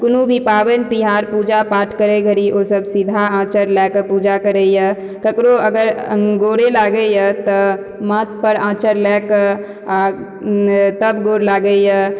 कोनो भी पावनि तिहार पूजा पाठ करै घड़ी ओ सब सीधा आँचर लए कऽ पूजा करैया ककरो अगर गोरे लागैया तऽ माथ पर आँचर लए कऽ आ तब गोर लागैया